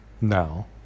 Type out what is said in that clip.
Now